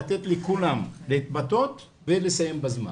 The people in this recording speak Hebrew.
לתת לכולם להתבטא ולסיים בזמן,